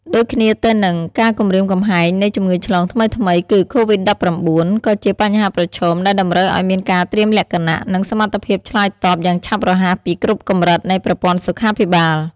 ដូចគ្នាទៅនឹង ការគំរាមកំហែងនៃ ជំងឺឆ្លងថ្មីៗ គឺCOVID-19 ក៏ជាបញ្ហាប្រឈមដែលតម្រូវឱ្យមានការត្រៀមលក្ខណៈ និងសមត្ថភាពឆ្លើយតបយ៉ាងឆាប់រហ័សពីគ្រប់កម្រិតនៃប្រព័ន្ធសុខាភិបាល។